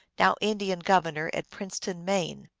now indian governor at princeton, maine.